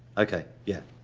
okay yeah,